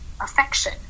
affection